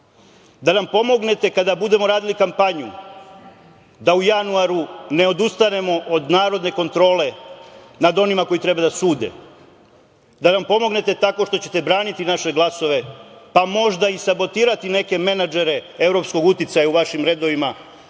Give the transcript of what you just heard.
da nam pomognete kada budemo radili kampanju, da u januaru ne odustanemo od narodne kontrole nad onima koji treba da sude, da nam pomognete tako što ćete braniti naše glasove, pa možda i sabotirati neke menadžere evropskog uticaja u vašim redovima